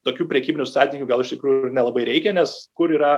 tokių prekybinių santykių gal iš tikrųjų ir nelabai reikia nes kur yra